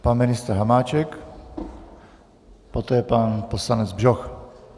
Pan ministr Hamáček, poté pan poslanec Bžoch.